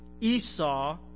Esau